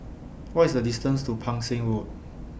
What IS The distance to Pang Seng Road